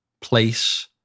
place